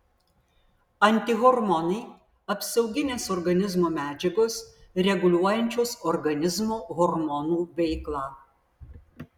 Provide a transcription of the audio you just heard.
antihormonai apsauginės organizmo medžiagos reguliuojančios organizmo hormonų veiklą